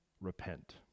repent